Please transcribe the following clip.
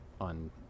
on